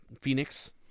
Phoenix